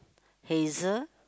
hazel